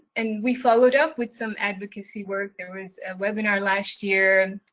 and we followed up with some advocacy work. there was a webinar last year,